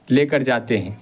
لے کر جاتے ہیں